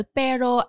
pero